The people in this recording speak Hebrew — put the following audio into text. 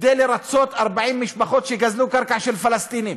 כדי לרצות 40 משפחות שגזלו קרקע של פלסטינים.